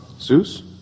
Zeus